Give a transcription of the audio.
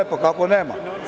Ne, pa kako nema.